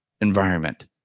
environment